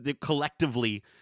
collectively –